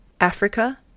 Africa